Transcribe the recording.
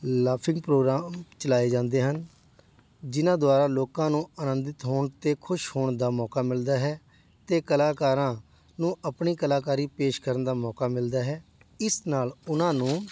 laughing programme ਚਲਾਏ ਜਾਂਦੇ ਹਨ ਜਿਨ੍ਹਾਂ ਦੁਆਰਾ ਲੋਕਾਂ ਨੂੰ ਆਨੰਦਿਤ ਹੋਣ ਅਤੇ ਖੁਸ਼ ਹੋਣ ਦਾ ਮੌਕਾ ਮਿਲਦਾ ਹੈ ਅਤੇ ਕਲਾਕਾਰਾਂ ਨੂੰ ਆਪਣੀ ਕਲਾਕਾਰੀ ਪੇਸ਼ ਕਰਨ ਦਾ ਮੌਕਾ ਮਿਲਦਾ ਹੈ ਇਸ ਨਾਲ਼ ਉਹਨਾਂ ਨੂੰ